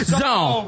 zone